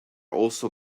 also